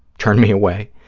turned me away,